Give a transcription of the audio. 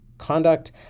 conduct